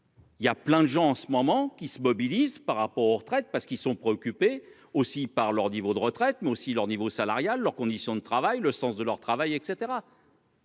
Il y a plein de gens en ce moment qui se mobilisent par rapport aux retraites parce qu'ils sont préoccupés aussi par leur niveau de retraite mais aussi leur niveau salarial leurs conditions de travail, le sens de leur travail et